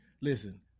Listen